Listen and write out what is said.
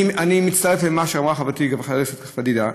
אני מצטרף למה שאמרה חברתי חברת הכנסת פדידה.